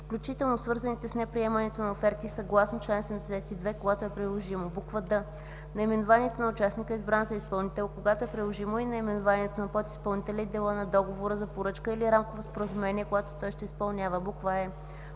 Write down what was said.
включително свързаните с неприемането на оферти съгласно чл. 72 – когато е приложимо; д) наименованието на участника, избран за изпълнител, а когато е приложимо и наименованието на подизпълнителя и дела от договора за поръчка или рамковото споразумение, който той ще изпълнява; е)